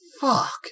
fuck